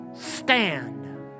Stand